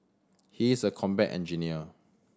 he is a combat engineer